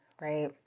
right